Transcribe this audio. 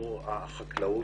לשימור החקלאות,